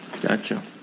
gotcha